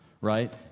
Right